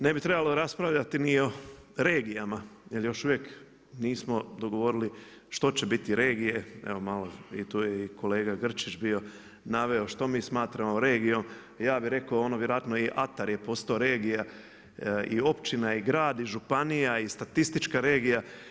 Ne bi trebalo raspravljati ni o regijama jer još uvijek nismo dogovorili što će biti regije, evo malo i tu je i kolega Grčić bio naveo što mi smatramo regijom, ja bih rekao ono vjerojatno i atar je postao regija i općina i grad i županija i statistička regija.